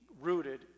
rooted